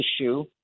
issue